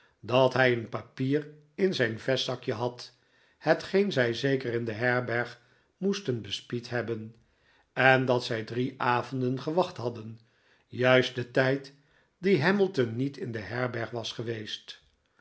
dat hij een papier in zijn vestzakje had hetgeen zij zeker in de herberg moesten bespied hebben en dat zij drie avonden gewacht hadden juist den tijd dien hamilton niet in de herberg was geweest